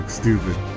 stupid